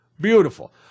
Beautiful